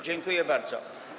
Dziękuję bardzo.